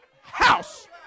house